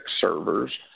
servers